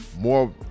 more